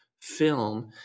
film